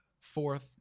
fourth